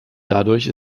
dadurch